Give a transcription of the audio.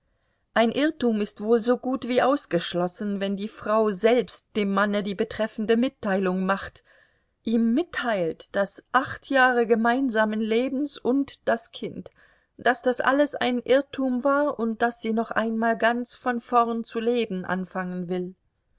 ein irrtum ist wohl so gut wie ausgeschlossen wenn die frau selbst dem manne die betreffende mitteilung macht ihm mitteilt daß acht jahre gemeinsamen lebens und das kind daß das alles ein irrtum war und daß sie noch einmal ganz von vorn zu leben anfangen will